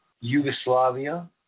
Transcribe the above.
Yugoslavia